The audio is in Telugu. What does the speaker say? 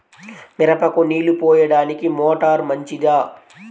మిరపకు నీళ్ళు పోయడానికి మోటారు మంచిదా?